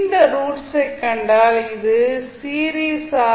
இந்த ரூட்ஸ் ஐ கண்டால் இது சீரிஸ் ஆர்